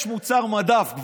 יש כבר מוצר מדף,